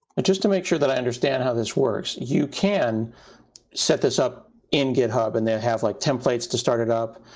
just to make sure that i understand how this works, you can set this up in github, and then have like templates to start it up,